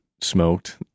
smoked